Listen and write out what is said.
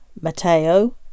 Mateo